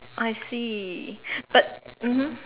I see but mmhmm